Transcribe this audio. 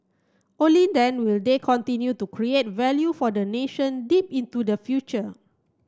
only then will they continue to create value for the nation deep into the future